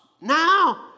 Now